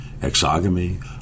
exogamy